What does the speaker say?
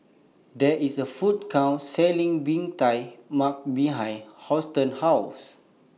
There IS A Food Court Selling Bee Tai Mak behind Houston's House